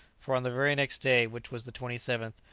for on the very next day, which was the twenty seventh,